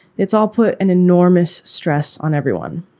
it's all put an enormous stress on everyone.